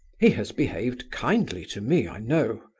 he has behaved kindly to me, i know.